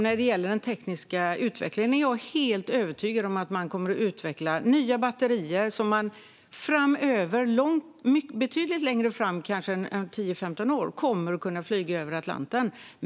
När det gäller den tekniska utvecklingen är jag helt övertygad om att man kommer att utveckla nya batterier som man, betydligt längre fram än om 10-15 år, kommer att kunna flyga över Atlanten med.